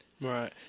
Right